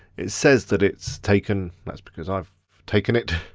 it says that it's taken, that's because i've taken it.